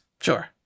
Sure